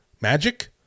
Magic